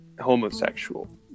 homosexual